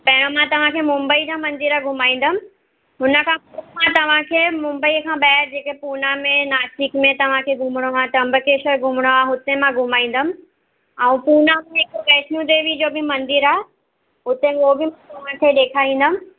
पहिरों मां तव्हांखे मुंबई जा मंदर घुमाईंदमि हुन खां पोइ मां तव्हांखे मुंबई खां ॿाहिरि जेके पूणे में नासिक में तव्हांखे घुमिणो आहे त्र्यम्बकेश्वर घुमिणो आहे हुते मां घुमाईंदमि ऐं पूणे में हिकु वैष्णो देवी जो बि मंदरु आहे हुते उहो बि मां तव्हांखे ॾेखारींदमि